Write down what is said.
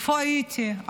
איפה הייתי?